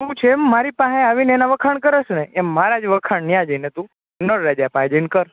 તું જેમ મારી પાસે આવીને એના વખાણ કરે છે ને એમ મારા જ વખાણ ત્યાં જઈને તું નળ રાજા પાસે જઈને કર